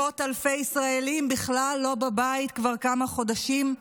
מאות אלפי ישראלים בכלל לא בבית כבר כמה חודשים,